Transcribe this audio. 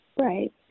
Right